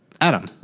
Adam